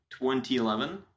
2011